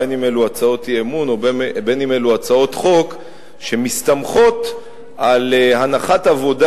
בין שאלו הצעות אי-אמון ובין שאלו הצעות חוק שמסתמכות על הנחת עבודה